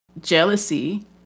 jealousy